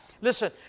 Listen